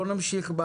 נמשיך.